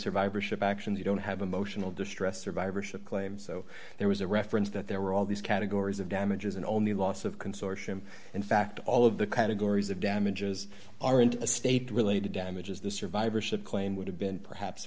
survivorship action they don't have emotional distress survivorship claim so there was a reference that there were all these categories of damages and only loss of consortium in fact all of the categories of damages are in a state related damages the survivorship claim would have been perhaps